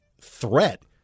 threat